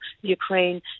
Ukraine